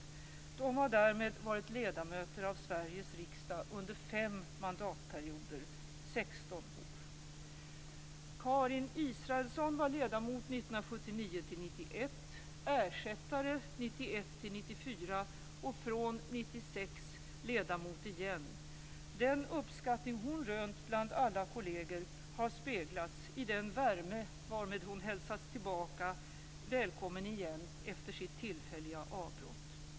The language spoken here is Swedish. De har därmed varit ledamöter av Sveriges riksdag under fem mandatperioder - 16 år. 1991-1994 och från 1996 ledamot igen. Den uppskattning hon rönt bland alla kolleger har speglats i den värme, varmed hon hälsats välkommen åter efter sitt tillfälliga avbrott.